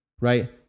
right